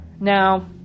Now